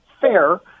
fair